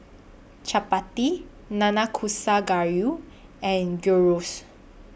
Chapati Nanakusa Gayu and Gyros